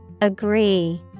agree